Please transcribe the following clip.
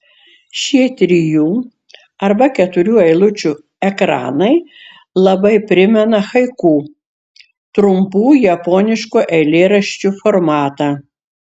šie trijų arba keturių eilučių ekranai labai primena haiku trumpų japoniškų eilėraščių formatą